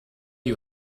you